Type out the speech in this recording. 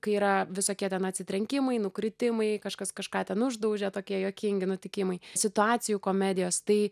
kai yra visokie ten atsitrenkimai nukritimai kažkas kažką ten uždaužė tokie juokingi nutikimai situacijų komedijos tai